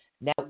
Now